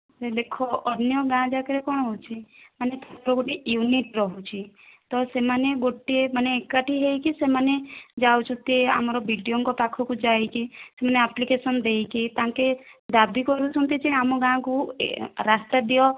ଦେଖ ଅନ୍ୟ ଗାଁ ଯାକରେ କ'ଣ ହେଉଛି ମାନେ ଗୋଟିଏ ୟୁନିଟି ରହୁଛି ତ ସେମାନେ ମାନେ ଗୋଟିଏ ମାନେ ଏକାଠି ହୋଇକି ସେମାନେ ଯାଉଛନ୍ତି ଆମର ବିଡ଼ିଓଙ୍କ ପାଖକୁ ଯାଇକି ସେମାନେ ଆପ୍ଲିକେସନ ଦେଇକି ତାଙ୍କେ ଦାବି କରୁଛନ୍ତି ଯେ ଆମ ଗାଁକୁ ରାସ୍ତା ଦିଅ